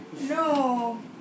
No